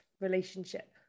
relationship